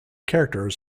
characters